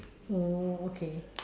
oh okay